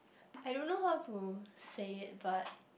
I don't know how to say it but